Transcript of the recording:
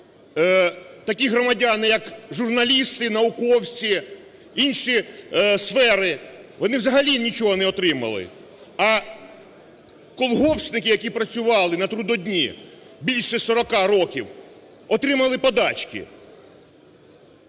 такі громадяни, як журналісти, науковці, інші сфери, вони взагалі нічого не отримали. А колгоспники, які працювали на трудодні більше 40 років, отримали подачки.